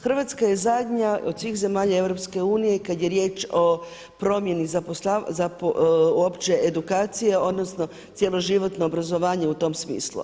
Hrvatska je zadnja od svih zemalja Europske unije kada je riječ o promjeni, uopće edukacije, odnosno cjeloživotno obrazovanje u tom smislu.